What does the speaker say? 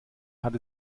hat